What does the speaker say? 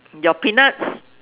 your peanuts